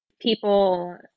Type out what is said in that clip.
people